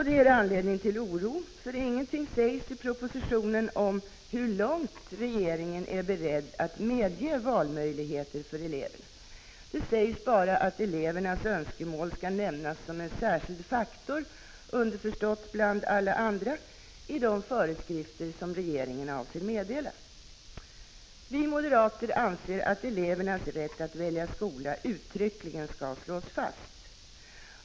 Det ger anledning till oro, för ingenting sägs i propositionen om i vilken utsträckning regeringen är beredd att ge eleverna valmöjligheter. Det sägs bara att elevernas önskemål skall nämnas som särskild faktor — underförstått bland alla andra — i de föreskrifter som regeringen avser att meddela. Vi moderater anser att elevernas rätt att välja skola uttryckligen skall slås fast.